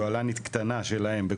יוהל"נית קטנה שלהם,